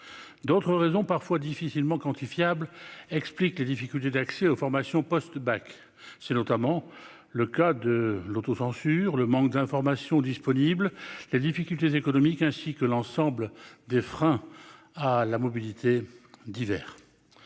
d'autres raisons parfois difficilement quantifiable, explique les difficultés d'accès aux formations post-bac, c'est notamment le cas de l'autocensure, le manque d'information disponible il y a des difficultés économiques, ainsi que l'ensemble des freins à la mobilité divers